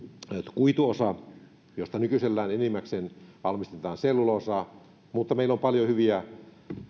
kuituosa josta nykyisellään valmistetaan enimmäkseen selluloosaa mutta meillä on paljon hyviä